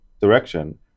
direction